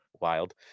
wild